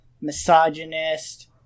misogynist